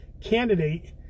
candidate